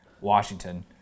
Washington